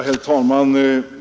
Herr talman!